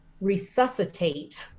resuscitate